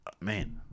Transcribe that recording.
man